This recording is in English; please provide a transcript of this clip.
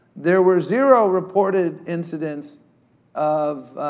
there were zero reported incidents of